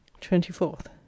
Twenty-fourth